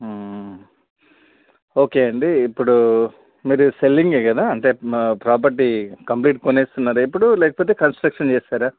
okay అండి ఇప్పుడు మీరు సెల్లింగే కదా అంటే ప్రాపర్టీ కంప్లీట్ కొనేస్తున్నారా ఇప్పుడు లేకపోతే కన్స్ట్రక్షన్ చేస్తారా